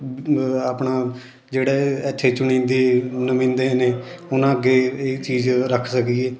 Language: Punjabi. ਆਪਣਾ ਜਿਹੜੇ ਇੱਥੇ ਚੁਣੀਦੀ ਨੁਮੀਦੇ ਨੇ ਉਹਨਾਂ ਅੱਗੇ ਇਹ ਚੀਜ਼ ਰੱਖ ਸਕੀਏ